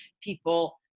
people